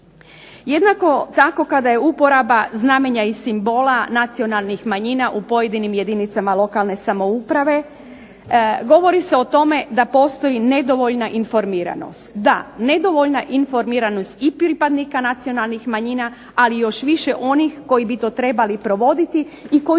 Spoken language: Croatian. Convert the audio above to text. Jednako tako kada je uporaba znakova i simbola nacionalnih manjina u pojedinim jedinicama lokalne samouprave. Govori se o tome da postoji nedovoljna informiranost. Da, nedovoljna informiranost i pripadnika nacionalnih manjina, ali još više onih koji bi to trebali provoditi i koji